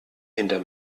hinter